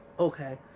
Okay